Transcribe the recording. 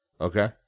okay